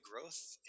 growth